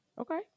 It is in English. Okay